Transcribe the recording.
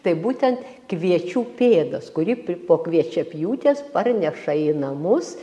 tai būtent kviečių pėdas kurį pri po kviečiapjūtės parneša į namus